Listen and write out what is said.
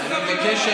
אני מבקש,